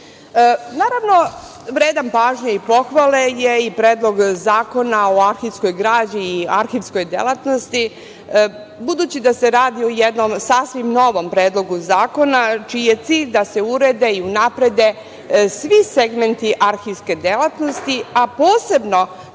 zemlje. Naravno, vredan pažnje i pohvale je i Predlog zakona o arhivskoj građi i arhivskoj delatnosti, budući da se radi o jednom sasvim novom predlogu zakona, čiji je cilj da se urede i unaprede svi segmenti arhivske delatnosti, a posebno